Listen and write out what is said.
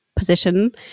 position